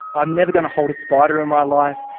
i'm never going to hold a spider in my life,